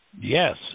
yes